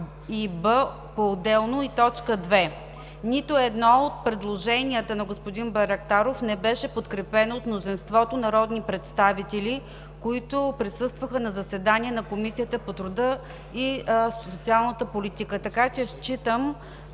„б” поотделно и т. 2. Нито едно от предложенията на господин Байрактаров не беше подкрепено от мнозинството народни представители, които присъстваха на заседанието на Комисията по труда и социалната политика. Смятам,